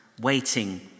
waiting